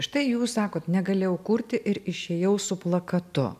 štai jūs sakot negalėjau kurti ir išėjau su plakatu